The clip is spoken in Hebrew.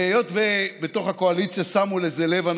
היות שבתוך הקואליציה אנשים שמו לזה לב,